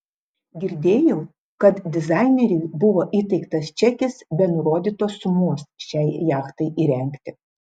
girdėjau kad dizaineriui buvo įteiktas čekis be nurodytos sumos šiai jachtai įrengti